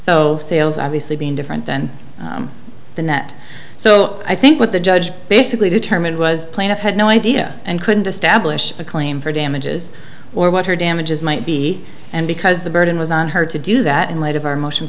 so sales obviously being different than the net so i think what the judge basically determined was plaintiff had no idea and couldn't establish a claim for damages or what her damages might be and because the burden was on her to do that in light of our motion